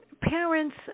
Parents